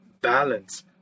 balance